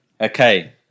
Okay